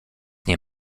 nie